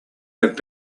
have